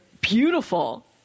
beautiful